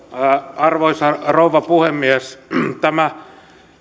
arvoisa rouva puhemies tämä